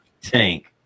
tank